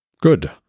Good